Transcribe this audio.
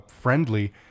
friendly